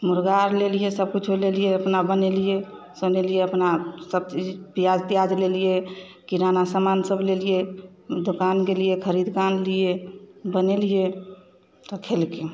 मुर्गा आर लेलियै सब किछो लेलिए अपना बनेलियै सोनेलियै अपना सब चीज पियाज तियाज लेलिए किराना समान सब लेलिए दोकान गेलिए खरीदक आनलियै बनेलियै तऽ खेलखिन